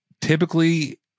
typically